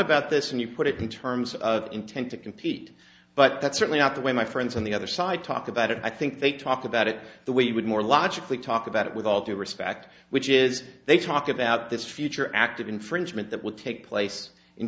about this and you put it in terms of intent to compete but that's certainly not the way my friends on the other side talk about it i think they talk about it the way you would more logically talk about it with all due respect which is they talk about this future act of infringement that will take place in